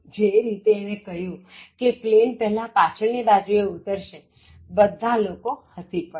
જે રીતે તેણે કહ્યું કે પ્લેન પહેલાં પાછળની બાજુએ ઉતરશે બધા લોકો હસી પડયા